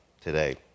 today